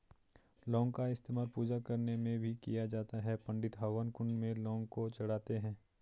लौंग का इस्तेमाल पूजा करने में भी किया जाता है पंडित हवन कुंड में लौंग को चढ़ाते हैं